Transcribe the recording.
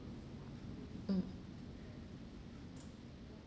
mm